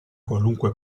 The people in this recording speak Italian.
qualunque